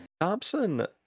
Thompson